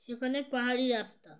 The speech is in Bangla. সেখানে পাহাড়ি রাস্তা